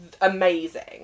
amazing